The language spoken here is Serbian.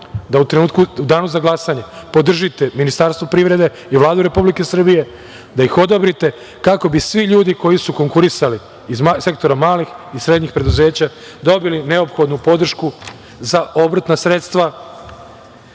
da u danu za glasanje podržite Ministarstvo privrede i Vladu Republike Srbije, da ih odobrite kako bi svi ljudi koji su konkurisali iz sektora malih i srednjih preduzeća dobili neophodnu podršku za obrtna sredstva